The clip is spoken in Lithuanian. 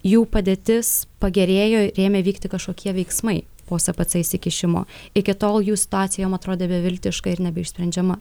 jų padėtis pagerėjo ir ėmė vykti kažkokie veiksmai po spc įsikišimo iki tol jų situacija jom atrodė beviltiška ir nebeišsprendžiama